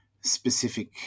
specific